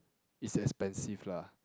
is expensive lah